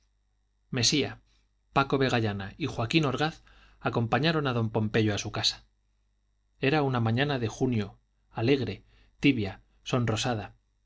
coro mesía paco vegallana y joaquín orgaz acompañaron a don pompeyo a su casa era una mañana de junio alegre tibia sonrosada